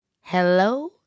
Hello